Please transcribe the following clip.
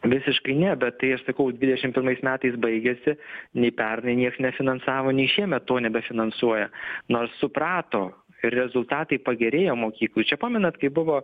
visiškai ne bet tai sakau dvidešimt pirmais metais baigiasi nei pernai nieks nefinansavo nei šiemet to nebefinansuoja nors suprato rezultatai pagerėjo mokyklų čia pamenat kaip buvo